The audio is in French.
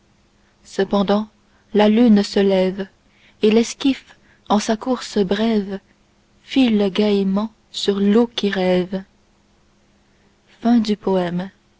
cependant la lune se lève et l'esquif en sa course brève file gaîment sur l'eau qui rêve